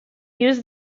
used